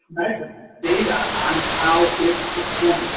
measurements, data on how it's performing.